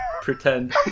Pretend